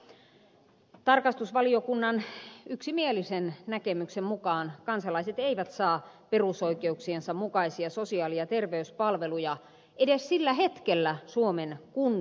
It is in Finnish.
tarkastusvaliokunnan yksimielisen näkemyksen mukaan kansalaiset eivät saa perusoikeuksiensa mukaisia sosiaali ja terveyspalveluja edes sillä hetkellä suomen kunnissa